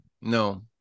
No